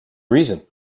reason